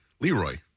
Leroy